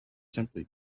simply